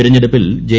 തിരഞ്ഞെടുപ്പിൽ ജെ